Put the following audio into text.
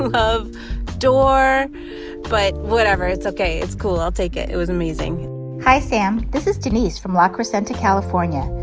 and ah love door but whatever, it's ok. it's cool. i'll take it. it was amazing hi, sam. this is denise from la crescenta, calif. ah yeah